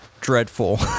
dreadful